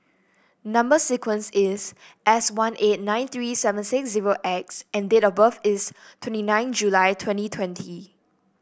number sequence is S one eight nine three seven six zero X and date of birth is twenty nine July twenty twenty